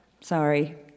Sorry